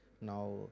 now